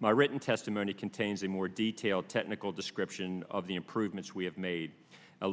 my written testimony contains a more detailed technical description of the improvements we have made a